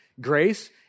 Grace